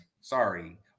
sorry